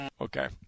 Okay